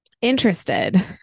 interested